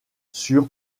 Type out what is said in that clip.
sur